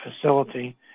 facility